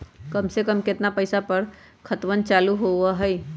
सबसे कम केतना पईसा पर खतवन चालु होई?